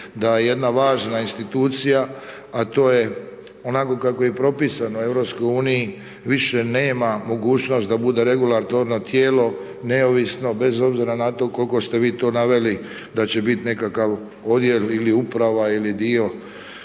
da jedna važna institucija a to je onako kako je propisano u EU više nema mogućnost da bude regulatorno tijelo neovisno bez obzira na to koliko ste vi to naveli da će biti nekakav odjel, ili uprava ili dio